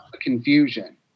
confusion